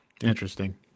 Interesting